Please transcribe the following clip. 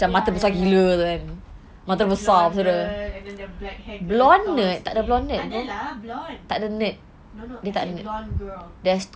ya ya ya the blonde girl and then the black hair girl blonde sikit ada lah blonde no no I said blonde bro